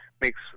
makes